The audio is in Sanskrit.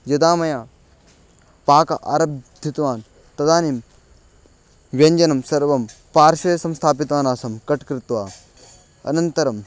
यदा मया पाकः आरब्धवान् तदानीं व्यञ्जनं सर्वं पार्श्वे संस्थापितवान् आसं कट् कृत्वा अनन्तरं